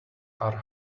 are